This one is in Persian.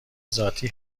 ذاتی